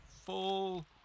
full